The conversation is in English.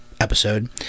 episode